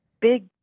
big